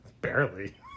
Barely